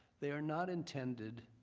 they are not intended,